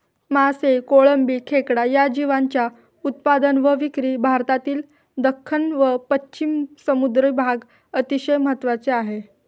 मासे, कोळंबी, खेकडा या जीवांच्या उत्पादन व विक्री भारतातील दख्खन व पश्चिम समुद्री भाग अतिशय महत्त्वाचे आहे